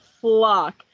flock